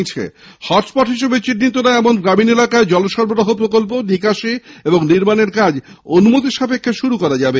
hotspot হিসেবে চিহ্নিত নয় এমন গ্রামীণ এলাকায় জল সরবরাহ প্রকল্প নিকাশী এবং নির্মাণের কাজ অনুমতি সাপেক্ষে শুরু করা যাবে